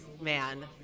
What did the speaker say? Man